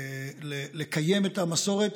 לקיים את המסורת,